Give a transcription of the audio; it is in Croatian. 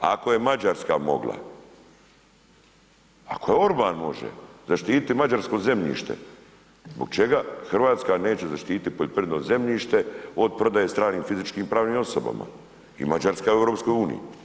Ako je Mađarska mogla, ako je Orban može zaštititi mađarsko zemljište, zbog čega RH neće zaštititi poljoprivredno zemljište od prodaje stranim fizičkim i pravnim osobama, i Mađarska je u EU.